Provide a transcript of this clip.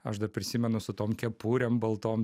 aš dar prisimenu su tom kepurėm baltom